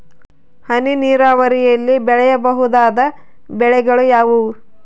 ಹನಿ ನೇರಾವರಿಯಲ್ಲಿ ಬೆಳೆಯಬಹುದಾದ ಬೆಳೆಗಳು ಯಾವುವು?